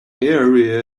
area